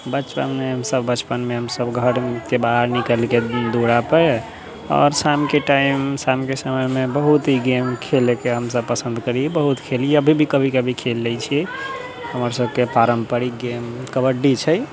बचपनमे हमसब बचपनमे हमसब घरके बाहर निकलिके दुरापर आओर शामके टाइममे शामके समयमे बहुत ही गेम खेलैके हमसब पसन्द करी बहुत खेली अभी भी कभी कभी खेल लै छी हमर सबके पारम्परिक गेम कबड्डी छै